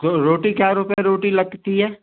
जो रोटी क्या रूपये रोटी लगती है